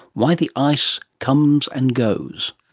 why the ice comes and goes.